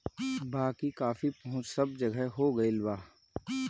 बाकी कॉफ़ी पहुंच सब जगह हो गईल बा